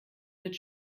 wird